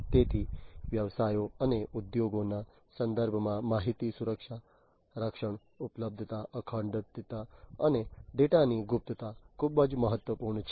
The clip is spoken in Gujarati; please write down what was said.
તેથી વ્યવસાયો અને ઉદ્યોગોના સંદર્ભમાં માહિતી સુરક્ષા રક્ષણ ઉપલબ્ધતા અખંડિતતા અને ડેટાની ગુપ્તતા ખૂબ જ મહત્વપૂર્ણ છે